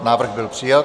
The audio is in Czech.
Návrh byl přijat.